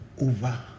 over